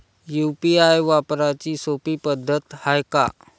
UPI वापराची सोपी पद्धत हाय का?